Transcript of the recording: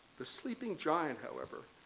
the sleeping giant, however,